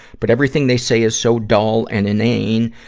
but everything they say is so dull and inane,